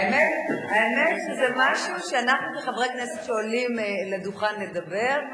האמת שזה משהו שאנחנו כחברי כנסת שעולים לדוכן לדבר,